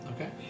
Okay